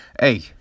hey